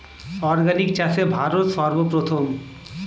organic চাষে ভারত সর্বপ্রথম